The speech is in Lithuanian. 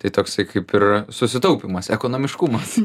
tai toksai kaip ir susitaupymas ekonomiškumas